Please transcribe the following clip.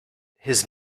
his